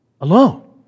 alone